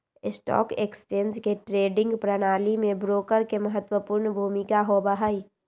stock exchange के trading प्रणाली में ब्रोकर के महत्वपूर्ण भूमिका होबा हई